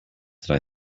that